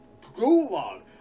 gulag